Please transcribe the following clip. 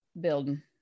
building